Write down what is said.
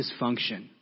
dysfunction